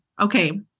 Okay